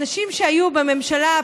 אנשים שהיו בממשלה,